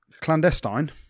Clandestine